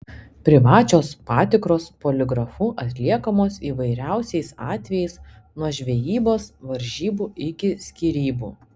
privačios patikros poligrafu atliekamos įvairiausiais atvejais nuo žvejybos varžybų iki skyrybų